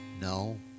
no